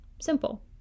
Simple